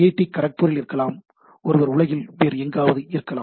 D கரக்பூரில் இருக்கலாம் ஒருவர் உலகில் வேறு எங்காவதும் இருக்கலாம்